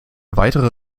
weitere